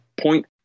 point